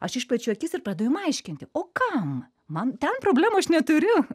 aš išplečiu akis ir pradedu jam aiškinti o kam man ten problemų aš neturiu